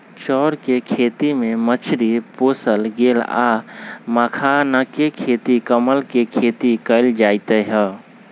चौर कें खेती में मछरी पोशल गेल आ मखानाके खेती कमल के खेती कएल जाइत हइ